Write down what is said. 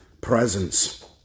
presence